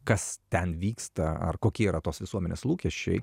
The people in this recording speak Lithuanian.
kas ten vyksta ar kokie yra tos visuomenės lūkesčiai